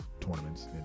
tournaments